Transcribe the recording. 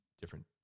different